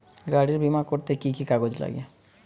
গাড়ীর বিমা করতে কি কি কাগজ লাগে?